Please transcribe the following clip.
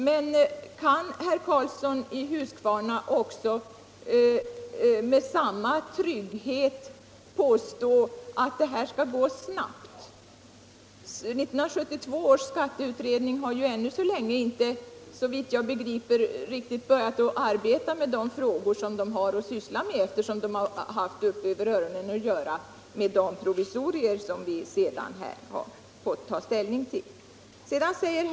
Men kan herr Karlsson med samma trygghet påstå att detta skall gå snabbt? 1972 års skatteutredning har ju ännu så länge, såvitt jag begriper, inte börjat riktigt arbeta med de frågor som den har att syssla med. Den har haft upp över öronen att göra med de provisorier som vi sedan har fått ta ställning till här i riksdagen.